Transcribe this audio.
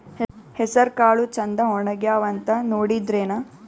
ಹೆಸರಕಾಳು ಛಂದ ಒಣಗ್ಯಾವಂತ ನೋಡಿದ್ರೆನ?